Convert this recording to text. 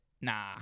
Nah